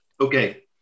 Okay